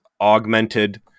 augmented